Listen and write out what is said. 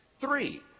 three